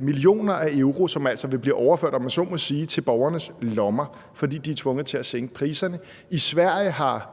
millioner af euro, som altså vil blive overført, om jeg så må sige, til borgernes lommer, fordi man er tvunget til at sænke priserne. I Sverige har